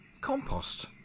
Compost